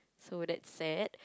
so that's sad